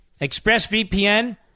ExpressVPN